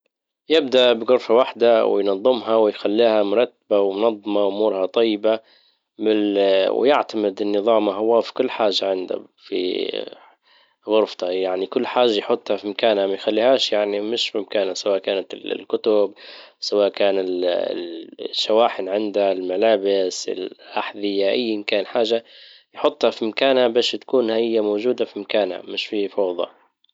يبدأ بغرفة واحدة وينظمها ويخليها مرتبة ومنظمة وامورها طيبة. بالـ- ويعتمد النظام هو في كل حاجة عندهم في غرفته يعني كل حاجة يحطها في مكانها ما يخليهاش يعني مش في مكانها سواء كانت الكتب سواء كان الـ- الـ- الشواحن عنده الملابس الاحذية ايا كان حاجة يحطها في مكانها باش تكون هي موجودة في مكانها مش فيه فوضى.